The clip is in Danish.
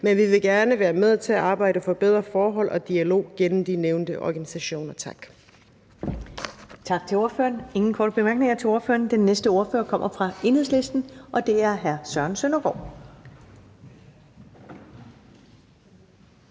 Men vi vil gerne være med til at arbejde for bedre forhold og dialog gennem de nævnte organisationer. Tak.